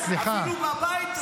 אפילו בבית,